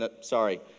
Sorry